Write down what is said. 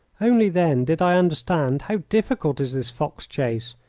only then did i understand how difficult is this fox chase,